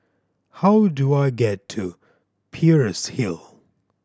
how do I get to Peirce Hill